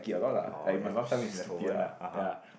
orh that's leftover lah (uh huh)